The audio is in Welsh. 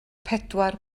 pedwar